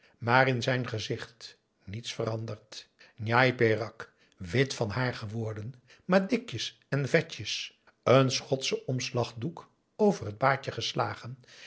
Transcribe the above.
maar in zijn gezicht niets veranderd njai peraq wit van haar geworden maar dikjes en vetjes een chotschen aum boe eel omslagdoek over het baadje geslagen